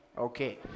Okay